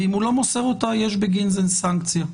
ואם הוא לא מוסר יש בגין זה סנקציה.